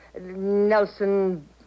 Nelson